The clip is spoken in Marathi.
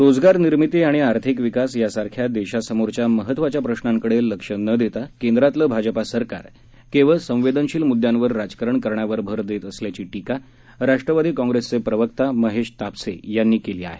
रोजगार निर्मिती आणि आर्थिक विकास यासारख्या देशासमोरच्या महत्त्वाच्या प्रश्नांकडे लक्ष न देता केंद्रातलं भाजपा सरकार केवळ संवेदनशील म्दद्दयांवर राजकारण करण्यावर भर देत असल्याची टीका राष्ट्रवादी काँग्रेसचे प्रवक्ता महेश तापसे यांनी केली आहे